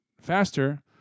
faster